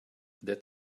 that